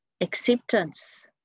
acceptance